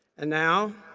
ah now,